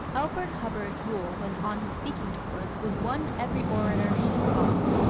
elbert hubbard's rule when on his speaking tours was one every orator should follow.